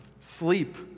sleep